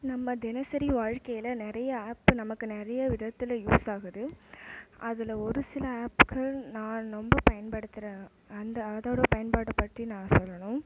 நம்ம தினசரி வாழ்க்கையில் நிறையா ஆப்பு நமக்கு நிறைய விதத்தில் யூஸ் ஆகுது அதில் ஒரு சில ஆப்புகள் நான் ரொம்ப பயன்படுத்துகிறேன் அந்த அதோட பயன்பாட்டை பற்றி நான் சொல்லணும்